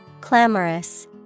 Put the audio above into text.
Clamorous